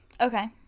Okay